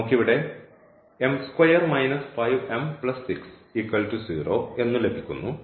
നമുക്ക് ഇവിടെ എന്നു ലഭിക്കുന്നു